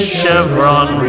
Chevron